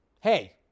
Hey